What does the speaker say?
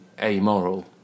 amoral